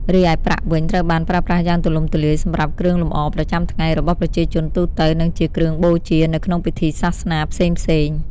រីឯប្រាក់វិញត្រូវបានប្រើប្រាស់យ៉ាងទូលំទូលាយសម្រាប់ គ្រឿងលម្អប្រចាំថ្ងៃ របស់ប្រជាជនទូទៅ និងជា គ្រឿងបូជា នៅក្នុងពិធីសាសនាផ្សេងៗ។